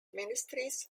ministries